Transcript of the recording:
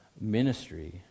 ministry